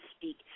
speak